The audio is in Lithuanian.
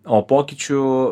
o pokyčių